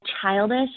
childish